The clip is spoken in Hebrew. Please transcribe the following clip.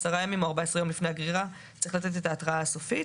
10 ימים או 14 ימים לפני הגרירה צריך לתת את ההתראה הסופית.